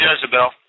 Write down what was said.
Jezebel